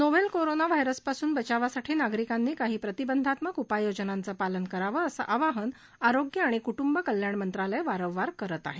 novel corona व्हायरसपासून बचावासाठी नागरिकांनी काही प्रतिबंधात्मक उपाययोजनांचं पालन करावं असं आवाहन आरोग्य आणि कुटुंबकल्याण मंत्रालय वारंवार करत आहे